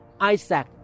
Isaac